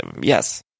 Yes